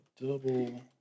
Double